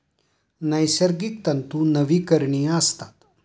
नैसर्गिक तंतू नवीकरणीय असतात